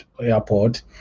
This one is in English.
airport